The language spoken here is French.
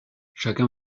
chacun